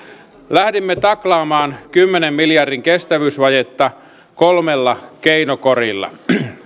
lähdimme taklaamaan kymmenen miljardin kestävyysvajetta kolmella keinokorilla